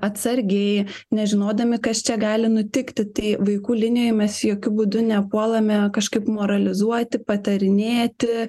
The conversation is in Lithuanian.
atsargiai nežinodami kas čia gali nutikti tai vaikų linijoj mes jokiu būdu nepuolame kažkaip moralizuoti patarinėti